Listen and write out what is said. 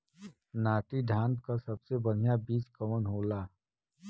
नाटी धान क सबसे बढ़िया बीज कवन होला?